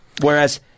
Whereas